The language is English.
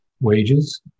wages